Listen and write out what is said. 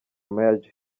maj